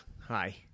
hi